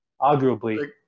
arguably